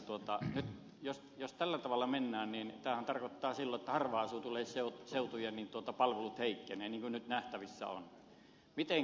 nyt jos tällä tavalla mennään niin tämähän tarkoittaa silloin sitä että harva asutusseutujen palvelut heikkenevät niin kuin nyt nähtävissä on